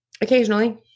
Occasionally